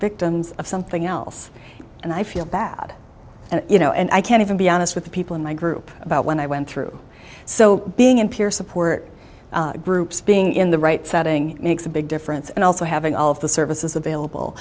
victims of something else and i feel bad and you know and i can't even be honest with the people in my group about when i went through so being in peer support groups being in the right setting makes a big difference and also having all of the services available